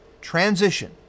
transition